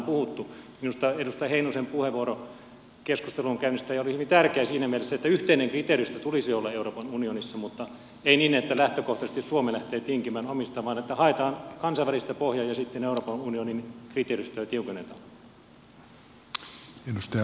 minusta edustaja heinosen puheenvuoro keskustelun käynnistäjä oli hyvin tärkeä siinä mielessä että yhteisen kriteeristön tulisi olla euroopan unionissa mutta ei niin että lähtökohtaisesti suomi lähtee tinkimään omistaan vaan että haetaan kansainvälistä pohjaa ja sitten euroopan unionin kriteeristöä tiukennetaan